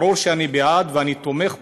ברור שאני בעד, ואני תומך בו,